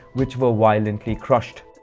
which were violently crushed.